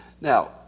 Now